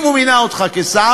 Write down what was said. אם הוא מינה אותך לשר,